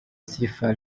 sifa